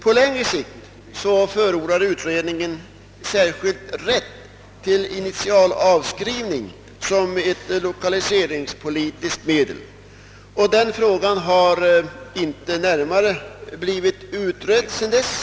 Utredningen förordade på längre sikt rätt till initialavskrivning som ett lokaliseringspolitiskt medel, men frågan har inte blivit närmare utredd sedan dess.